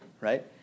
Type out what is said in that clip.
Right